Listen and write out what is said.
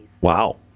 Wow